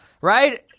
right